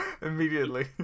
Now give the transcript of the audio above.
Immediately